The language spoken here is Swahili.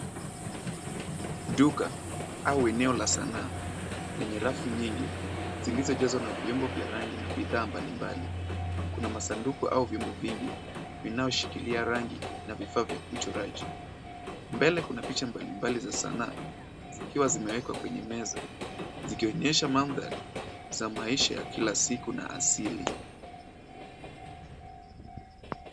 Duka au eneo la sanaa, lenye rafu nyingi, zilizojazwa na vyombo vya rangi na bidhaa mbalimbali, kuna masanduku au vyombo vingi, vinaoshikilia rangi na vifaa vya kuchoraji. Mbele kuna picha mbalimbali za sananu, zikiwa zimewekwa kwenye meza. zikionyesha mandhari, zaa maisha ya kila siku na asili.